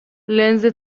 لنز